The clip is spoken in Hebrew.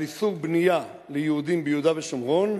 על איסור בנייה ליהודים ביהודה ושומרון,